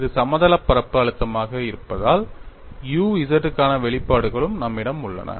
இது சமதளப் பரப்பு அழுத்தமாக இருப்பதால் u z க்கான வெளிப்பாடுகளும் நம்மிடம் உள்ளன